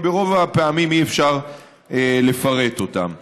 כי ברוב הפעמים אי-אפשר לפרט אותן.